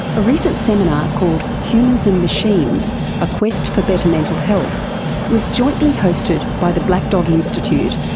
a recent seminar called humans and machines a quest for better mental health was jointly hosted by the black dog institute,